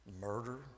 murder